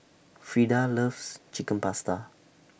Freeda loves Chicken Pasta